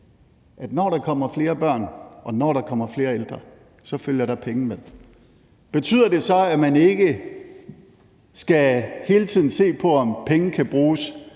at når der kommer flere børn, og når der kommer flere ældre, så følger der penge med. Betyder det så, at man ikke hele tiden skal se på, om pengene kan bruges